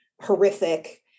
horrific